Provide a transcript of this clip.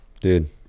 dude